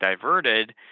diverted